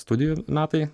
studijų metai